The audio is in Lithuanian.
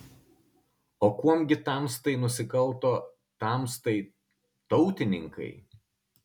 o kuom gi tamstai nusikalto tamstai tautininkai